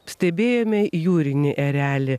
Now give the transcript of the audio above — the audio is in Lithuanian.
stebėjome jūrinį erelį